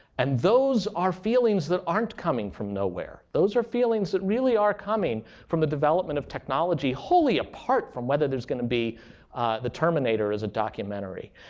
and those are feelings aren't coming from nowhere. those are feelings that really are coming from the development of technology, wholly apart from whether there's going to be the terminator as a documentary.